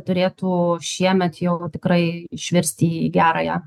turėtų šiemet jau tikrai išversti į gerąją